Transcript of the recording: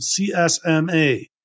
CSMA